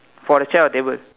for the chair or table